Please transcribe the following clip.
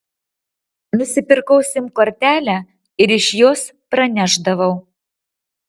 nusipirkau sim kortelę ir iš jos pranešdavau